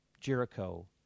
Jericho